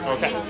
Okay